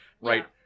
Right